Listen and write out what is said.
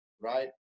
right